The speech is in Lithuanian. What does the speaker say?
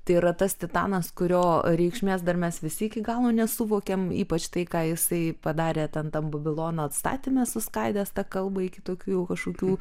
tai yra tas titanas kurio reikšmės dar mes visi iki galo nesuvokėm ypač tai ką jisai padarė ten tam babilono atstatyme suskaidęs tą kalbą iki tokių jau kažkokių